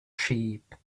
sheep